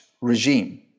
regime